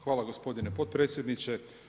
Hvala gospodine potpredsjedniče.